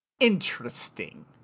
interesting